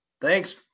thanks